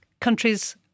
countries